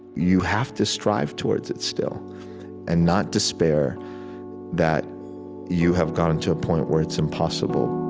you have to strive towards it still and not despair that you have gotten to a point where it's impossible